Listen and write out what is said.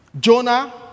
Jonah